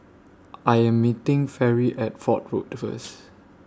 I Am meeting Fairy At Fort Road First